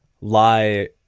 lie